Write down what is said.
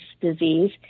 disease